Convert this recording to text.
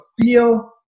feel